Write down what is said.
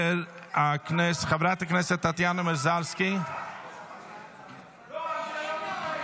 הכנסת יוראי להב הרצנו,